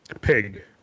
Pig